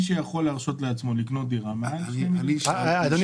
שיכול להרשות לעצמו לקנות דירה מעל 2 מיליון?